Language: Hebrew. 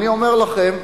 אני אומר לכם,